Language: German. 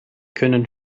können